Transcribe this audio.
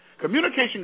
Communication